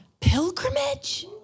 pilgrimage